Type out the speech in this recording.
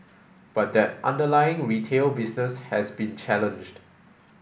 but that underlying retail business has been challenged